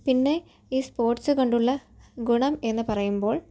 പിന്നെ ഈ സ്പോർട്സ് കൊണ്ടുള്ള ഗുണം എന്ന് പറയുമ്പോൾ